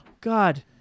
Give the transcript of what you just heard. God